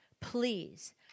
please